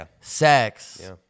sex